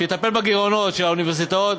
שתטפל בגירעונות של האוניברסיטאות,